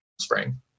spring